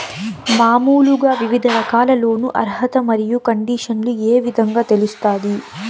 మామూలుగా వివిధ రకాల లోను అర్హత మరియు కండిషన్లు ఏ విధంగా తెలుస్తాది?